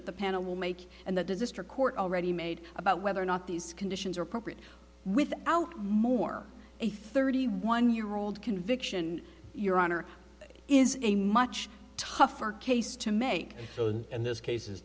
that the panel will make and the district court already made about whether or not these conditions are appropriate without more a thirty one year old conviction your honor is a much tougher case to make and this case